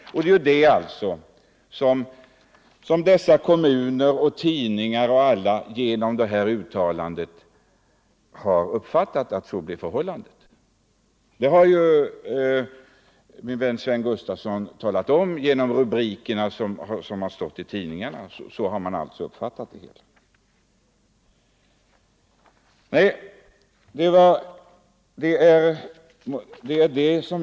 Genom kommunikationsministerns uttalande har också kommuner, tidningar och allmänhet fått uppfattningen att så skulle bli fallet. Min vän Sven Gustafson i Göteborg har ju också talat om att så har man uppfattat rubrikerna i tidningarna.